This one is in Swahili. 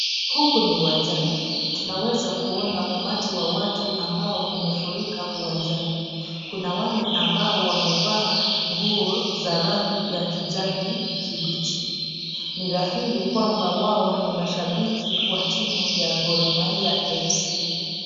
Huku ni uwanjani, tunaweza kuona umati wa watu ambao umefurika uwanjani. Kuna wale ambao wamevaa nguo za rangi ya kijani kibichi. Ni dhahiri kwamba wao ni mashabiki wa timu ya gor mahia fc.